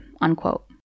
unquote